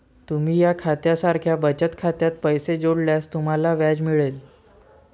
तुम्ही या खात्या सारख्या बचत खात्यात पैसे जोडल्यास तुम्हाला व्याज मिळेल